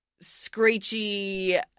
screechy